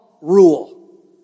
rule